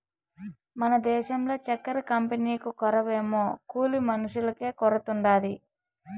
మన దేశంల చక్కెర కంపెనీకు కొరవేమో కూలి మనుషులకే కొరతుండాది